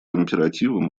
императивом